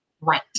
right